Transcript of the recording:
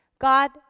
God